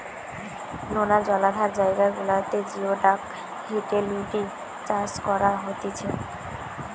নোনা জলাধার জায়গা গুলাতে জিওডাক হিটেলিডি চাষ করা হতিছে